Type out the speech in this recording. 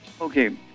Okay